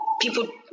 people